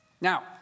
Now